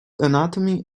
anatomy